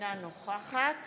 אינה נוכחת